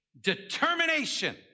determination